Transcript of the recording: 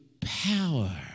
power